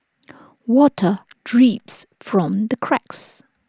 water drips from the cracks